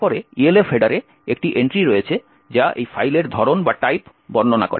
তারপরে ELF হেডারে একটি এন্ট্রি রয়েছে যা এই ফাইলের ধরণ বর্ণনা করে